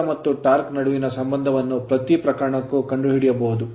ವೇಗ ಮತ್ತು ಟಾರ್ಕ್ ನಡುವಿನ ಸಂಬಂಧವನ್ನು ಪ್ರತಿ ಪ್ರಕರಣಕ್ಕೂ ಕಂಡುಹಿಡಿಯಬಹುದು